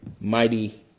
mighty